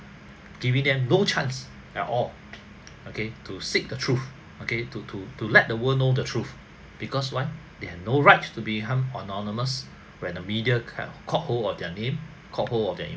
giving them no chance at all okay to seek the truth okay to to to let the world know the truth because why they have no right to become anonymous when the media car~ caught hold of their name caught hold of their